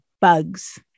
bugs